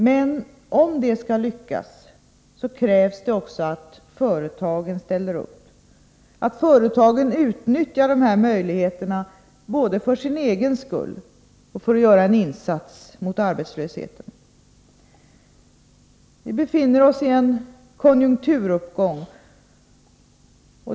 Men om det skall lyckas, krävs det också att företagen ställer upp, att de utnyttjar den här möjligheten både för sin egen skull och för att göra en insats mot arbetslösheten. Nu befinner vi oss i en konjunkturuppgång.